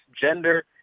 gender